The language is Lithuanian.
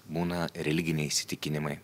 būna religiniai įsitikinimai